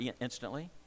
instantly